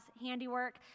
handiwork